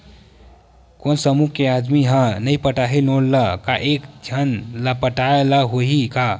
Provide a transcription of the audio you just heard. कोन समूह के आदमी हा नई पटाही लोन ला का एक झन ला पटाय ला होही का?